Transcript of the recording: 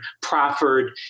proffered